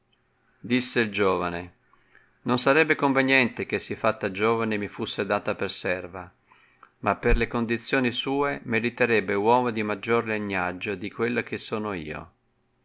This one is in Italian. disse il giovane non sarebbe conveniente che sì fatta giovane mi fusse data per serva ma per le condizioni sue meriterebbe uomo di maggior legnaggio di quello che sono io